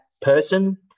person